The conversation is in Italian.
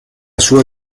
sua